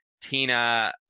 Tina